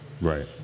Right